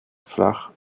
flach